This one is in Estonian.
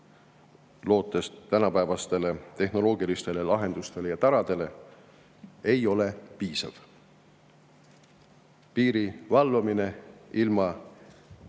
lootes tänapäevastele tehnoloogilistele lahendustele ja taradele, ei ole piisav. Piiri valvamine ilma